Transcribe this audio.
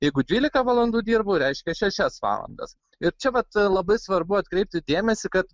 jeigu dvylika valandų dirbu reiškia šešias valandas ir čia vat labai svarbu atkreipti dėmesį kad